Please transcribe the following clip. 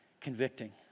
convicting